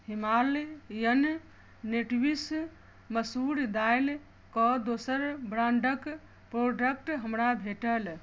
Himalayan Natives मसूर दालि के दोसर ब्रांडक प्रोडक्ट हमरा भेटल